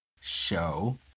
show